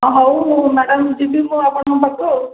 ହଉ ମ୍ୟାଡ଼ମ୍ ଯିବି ମୁଁ ଆପଣଙ୍କ ପାଖକୁ ଆଉ